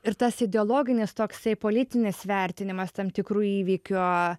ir tas ideologinis toksai politinis vertinimas tam tikrų įvykių